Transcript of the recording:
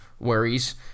Worries